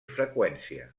freqüència